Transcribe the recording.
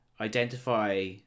identify